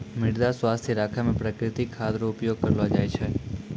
मृदा स्वास्थ्य राखै मे प्रकृतिक खाद रो उपयोग करलो जाय छै